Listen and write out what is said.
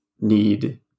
need